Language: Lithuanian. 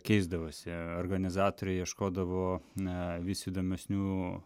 keisdavosi organizatoriai ieškodavo na visi įdomesnių